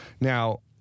Now